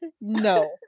No